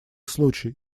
случай